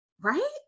right